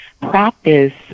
practice